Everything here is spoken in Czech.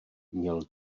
měl